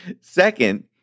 Second